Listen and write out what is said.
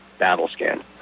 Battlescan